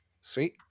sweet